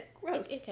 Gross